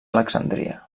alexandria